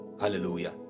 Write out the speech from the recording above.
Hallelujah